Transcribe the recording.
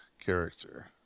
character